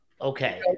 okay